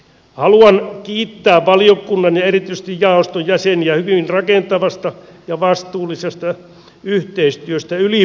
haluan kiittää valiokunnan ja erityisesti jaoston jäseniä hyvin rakentavasta ja vastuullisesta yhteistyöstä yli puoluerajojen